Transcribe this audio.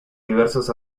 diversos